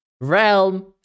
realm